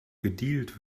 gedealt